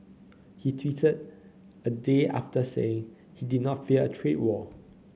he tweeted a day after saying he did not fear a trade war